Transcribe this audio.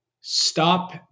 stop